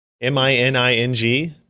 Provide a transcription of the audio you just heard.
M-I-N-I-N-G